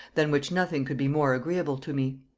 than which nothing could be more agreeable to me.